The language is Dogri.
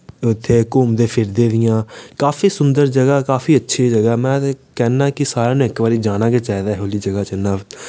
उत्थै घुम्मदे फिरदे दियां काफी सुन्दर जगह काफी अच्छी जगह मैं ते कैह्ना कि सारें इक बारी जाना गै चाहिदा एहो लेई जगह च